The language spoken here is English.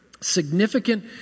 significant